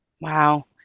Wow